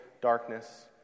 darkness